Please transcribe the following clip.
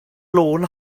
lôn